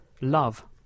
love